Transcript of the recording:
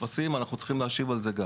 טפסים, אנחנו גם צריכים להשיב על זה.